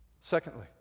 Secondly